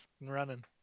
running